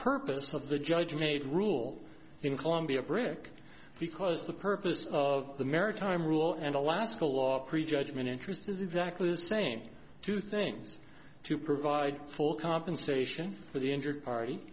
purpose of the judge made rule in colombia brick because the purpose of the maritime rule and alaska law prejudgment interest is exactly the same two things to provide full compensation for the injured party